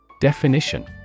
Definition